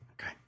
Okay